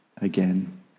again